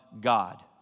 God